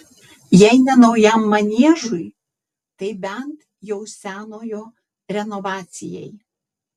jei ne naujam maniežui tai bent jau senojo renovacijai